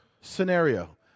scenario